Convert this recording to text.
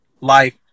life